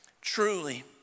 truly